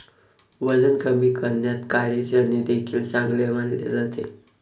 वजन कमी करण्यात काळे चणे देखील चांगले मानले जाते